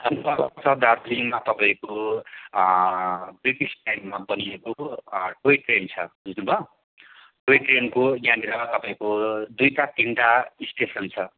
दार्जिलिङमा तपाईँको ब्रिटिस टाइममा बनिएको टोय ट्रेन छ बुझ्नुभयो टोय ट्रेनको यहाँनिर तपाईँको दुईवटा तिनवटा स्टेसन छ